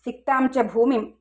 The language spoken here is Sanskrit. सिक्तां च भूमिम्